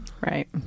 Right